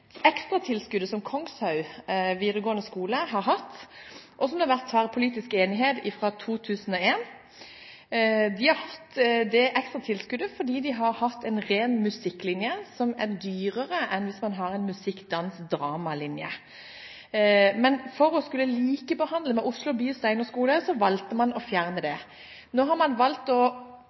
ekstratilskuddet som Kongshaug videregående skole har hatt, og som det har vært tverrpolitisk enighet om fra 2001. De har hatt det ekstratilskuddet fordi de har hatt en ren musikklinje, som er dyrere å ha enn en linje med musikk, dans og drama. Men for å likebehandle den med Oslo by steinerskole valgte man å fjerne det. Nå har man valgt å